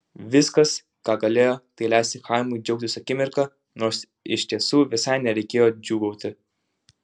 viskas ką galėjo tai leisti chaimui džiaugtis akimirka nors iš tiesų visai nereikėjo džiūgauti